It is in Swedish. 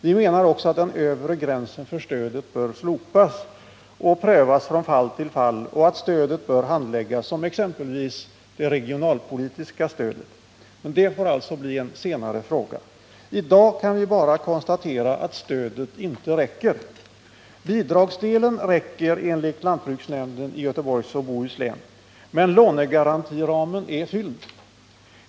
Vi menar också att den övre gränsen för stödet bör slopas och prövas från fall till fall, och att stödet bör handläggas som exempelvis det regionalpolitiska stödet. Men det får alltså bli en senare fråga. I dag kan vi bara konstatera att stödet inte räcker. Bidragsdelen räcker enligt lantbruksnämnden i Göteborgs och Bohus län. Men lånegarantiramen är fylld.